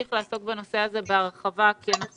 נמשיך לעסוק בנושא הזה בהרחבה כי אנחנו